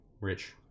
Rich